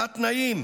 בתת-תנאים?